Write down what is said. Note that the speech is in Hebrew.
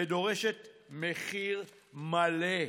ודורשת מחיר מלא.